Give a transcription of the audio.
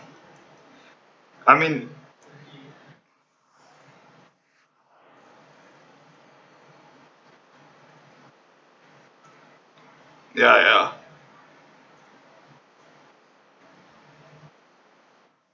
I mean ya ya